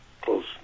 close